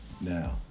Now